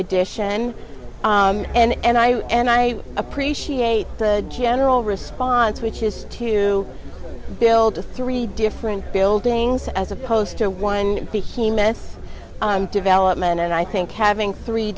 addition and i and i appreciate the general response which is to build to three different buildings as opposed to one human development and i think having three